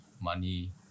money